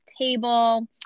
table